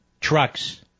trucks